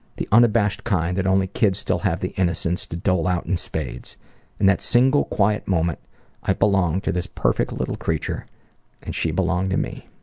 the unabashed kind that only kids still have the innocence to dole out in spades, and in that single quiet moment i belonged to this perfect little creature and she belonged to me.